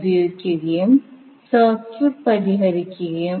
5H ഇൻഡക്റ്ററും ഉണ്ട്